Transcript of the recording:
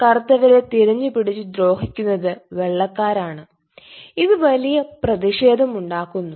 കറുത്തവരെ തിരഞ്ഞുപിടിച് ദ്രോഹിക്കുന്നത് വെള്ളക്കാരാണ്ഇത് വലിയ പ്രതിഷേധമുണ്ടാക്കുന്നു